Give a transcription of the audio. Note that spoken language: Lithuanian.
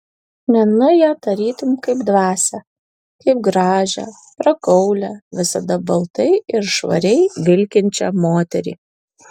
menu ją tarytum kaip dvasią kaip gražią prakaulią visada baltai ir švariai vilkinčią moterį